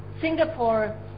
Singapore